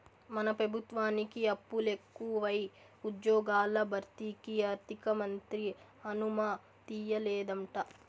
మన పెబుత్వానికి అప్పులెకువై ఉజ్జ్యోగాల భర్తీకి ఆర్థికమంత్రి అనుమతియ్యలేదంట